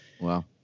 Wow